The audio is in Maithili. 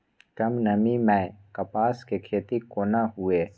कम नमी मैं कपास के खेती कोना हुऐ?